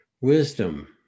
Wisdom